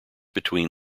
between